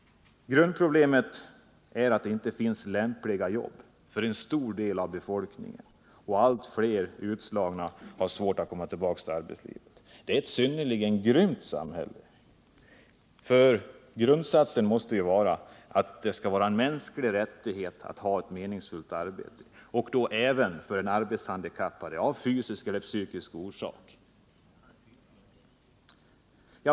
Grundproblemet är att det inte finns lämpliga jobb för en stor del av befolkningen, och allt fler utslagna har svårt att komma tillbaka till arbetslivet. Det är ett synnerligen grymt samhälle, för grundsatsen måste ju vara att det skall vara en mänsklig rättighet att ha ett meningsfullt arbete. Det gäller även dem som av fysiska eller psykiska orsaker är arbetshandikappade.